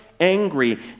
angry